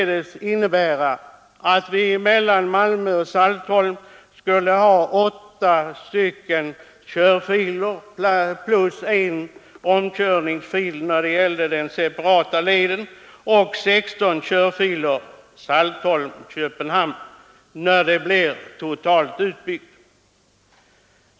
Det innebär att vi mellan Malmö och Saltholm skulle ha åtta körfiler och en omkörningsfil när det gäller den separata leden samt sexton körfiler Saltholm—Köpenhamn, när den totala utbyggnaden är klar.